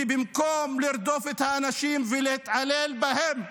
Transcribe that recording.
ובמקום לרדוף את האנשים ולהתעלל בהם,